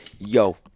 Yo